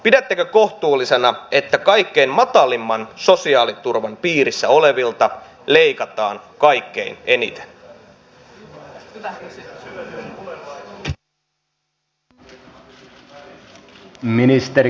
pidättekö kohtuullisena että kaikkein matalimman sosiaaliturvan piirissä olevilta leikataan kaikkein eniten